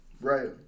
Right